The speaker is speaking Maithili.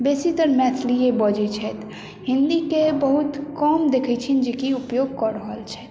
बेसी तर मैथिलीए बजै छथि हिन्दी के बहुत कम देखै छियनि जेकि उपयोग कऽ रहल छथि